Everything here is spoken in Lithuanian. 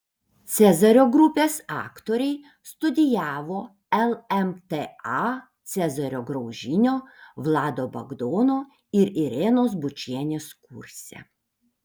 cezario grupės aktoriai studijavo lmta cezario graužinio vlado bagdono ir irenos bučienės kurse